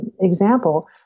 example